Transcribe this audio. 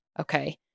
Okay